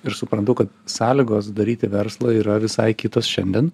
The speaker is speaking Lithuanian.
ir suprantu kad sąlygos daryti verslą yra visai kitos šiandien